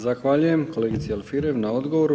Zahvaljujem kolegici Alfirev na odgovoru.